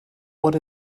what